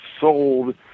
sold